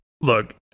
Look